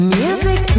music